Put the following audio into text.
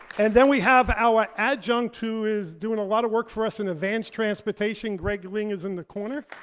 and then we have our adjunct who is doing a lot of work for us in advanced transportation, greg ling is in the corner.